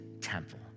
temple